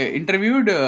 interviewed